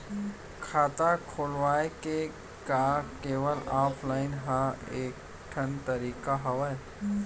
खाता खोलवाय के का केवल ऑफलाइन हर ऐकेठन तरीका हवय?